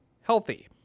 healthy